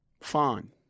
Fine